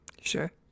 Sure